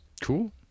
Cool